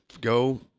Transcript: go